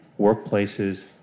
workplaces